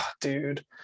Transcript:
dude